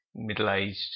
middle-aged